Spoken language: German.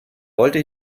wollte